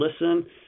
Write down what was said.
listen